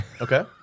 Okay